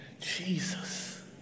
Jesus